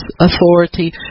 authority